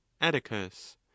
Atticus